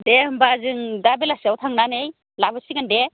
दे होमबा जों दा बेलासिआव थांनानै लाबोसिगोन दे